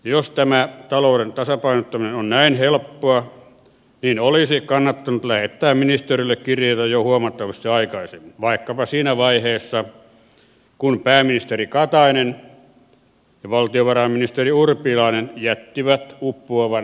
jos tämä talouden tasapainottaminen on näin helppoa niin olisi kannattanut lähettää ministeriöille kirjeitä jo huomattavasti aikaisemmin vaikkapa siinä vaiheessa kun pääministeri katainen ja valtiovarainministeri urpilainen jättivät uppoavan laivan